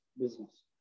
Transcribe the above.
business